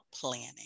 planning